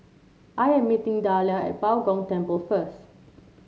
I am meeting Dahlia at Bao Gong Temple first